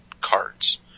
cards